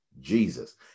Jesus